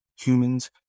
humans